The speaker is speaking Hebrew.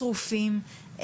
שרופים,